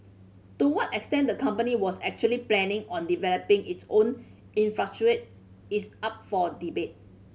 to what extent the company was actually planning on developing its own infrastructure is up for debate